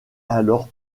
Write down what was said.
alors